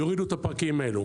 יורידו את הפרקים האלה,